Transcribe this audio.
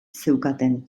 zeukaten